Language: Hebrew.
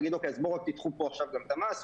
להגיד אז בואו תיקחו פה עכשיו את המס,